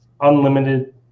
unlimited